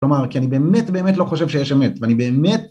כלומר כי אני באמת באמת לא חושב שיש אמת ואני באמת